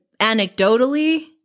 anecdotally